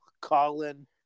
Colin